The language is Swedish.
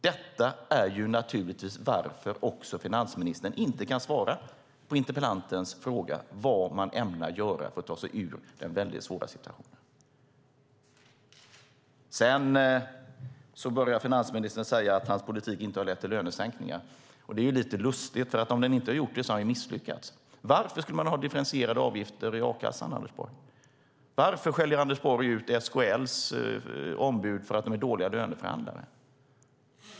Detta är naturligtvis varför finansministern inte kan svara på interpellantens fråga om vad man ämnar göra för att ta sig ur den väldigt svåra situationen. Finansministern börjar säga att hans politik inte har lett till lönesänkningar. Det är lite lustigt. Om den inte har gjort det har han ju misslyckats. Varför ska man ha differentierade avgifter i a-kassan, Anders Borg? Varför skäller Anders Borg ut SKL:s ombud för att de är dåliga löneförhandlare?